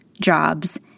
jobs